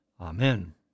Amen